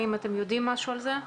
האם אתם יודעים משהו על זה?